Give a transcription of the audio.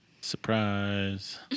Surprise